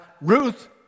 Ruth